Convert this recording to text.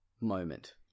moment